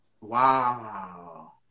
Wow